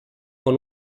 con